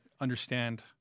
understand